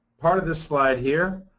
part of this slide here